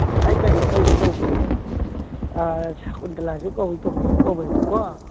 ꯑꯩ ꯀꯩꯅꯣ ꯇꯧꯒꯦ ꯇꯧꯕꯅꯦ ꯁꯀꯨꯟꯇꯂꯥꯁꯨ ꯀꯧꯏ ꯇꯣꯝꯕꯤꯁꯨ ꯀꯧꯋꯦꯕꯀꯣ